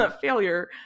failure